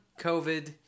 covid